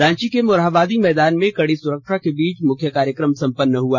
रांची के मोरहाबादी मैदान में कड़ी सुरक्षा के बीच मुख्य कार्यक्रम संपन्न हुआ